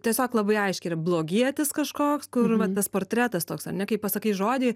tiesiog labai aiškiai yra blogietis kažkoks kur tas portretas toks ar ne kai pasakai žodį